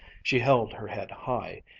she held her head high,